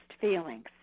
feelings